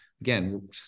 again